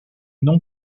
non